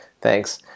Thanks